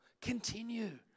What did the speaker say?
Continue